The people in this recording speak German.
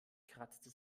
kratzte